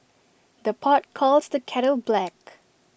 the pot calls the kettle black